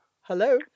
Hello